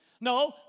No